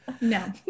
no